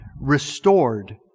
restored